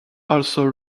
also